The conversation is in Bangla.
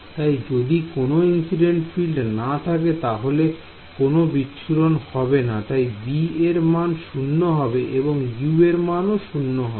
তাই যদি কোন ইনসিডেন্ট ফিল্ড না থাকে তাহলে কোন বিচ্ছুরণ হবে না তাই b এর মান শূন্য হবে এবং u এর মান ও 0 হবে